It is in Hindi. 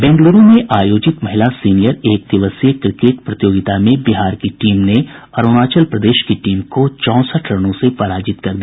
बेंगलुरू में आयोजित महिला सीनियर एक दिवसीय क्रिकेट प्रतियोगिता में बिहार की टीम ने अरूणाचल प्रदेश की टीम को चौंसठ रनों से पराजित कर दिया